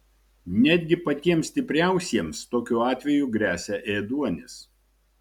netgi patiems stipriausiems tokiu atveju gresia ėduonis